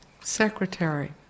secretary